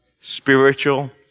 spiritual